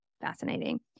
fascinating